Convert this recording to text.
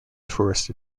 tourist